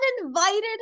uninvited